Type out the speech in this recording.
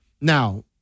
Now